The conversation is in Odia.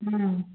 ହୁଁ